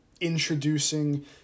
introducing